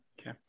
okay